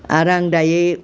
आरो आं दायो